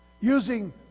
Using